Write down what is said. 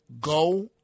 go